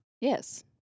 Yes